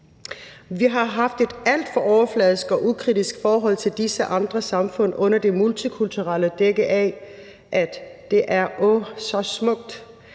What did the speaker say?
Vi har haft et alt for overfladisk og ukritisk forhold til disse andre samfund under det multikulturelle dække af, at det er åh, så smukt.